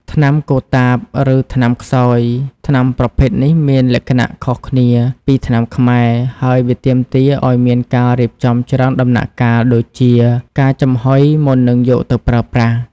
ថ្នាំកូតាប ឬថ្នាំខ្សោយ ថ្នាំប្រភេទនេះមានលក្ខណៈខុសគ្នាពីថ្នាំខ្មែរ ហើយវាទាមទារឱ្យមានការរៀបចំច្រើនដំណាក់កាលដូចជាការចំហុយមុននឹងយកទៅប្រើប្រាស់។